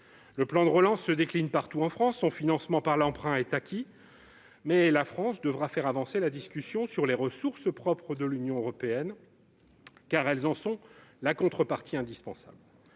Le plan de relance se décline partout en Europe, son financement par l'emprunt est acquis, mais la France devra faire avancer la discussion sur les ressources propres de l'Union européenne, car elles en sont la contrepartie indispensable.